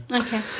Okay